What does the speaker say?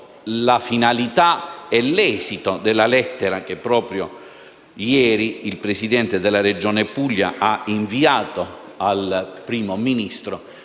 la finalità e l'esito della lettera che, proprio ieri, il Presidente della Regione Puglia ha inviato al Primo Ministro